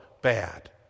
bad